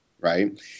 right